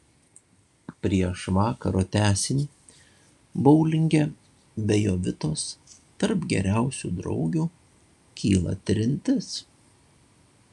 prieš vakaro tęsinį boulinge be jovitos tarp geriausių draugių kyla trintis